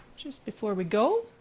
just before we go.